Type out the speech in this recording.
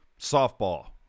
softball